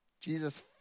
Jesus